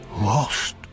Lost